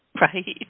right